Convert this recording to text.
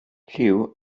lliw